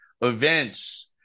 events